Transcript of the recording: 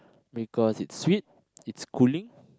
because it's sweet it's cooling